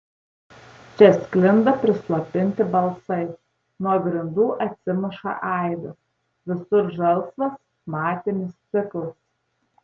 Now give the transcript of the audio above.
čia sklinda prislopinti balsai nuo grindų atsimuša aidas visur žalsvas matinis stiklas